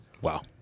Wow